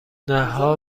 نها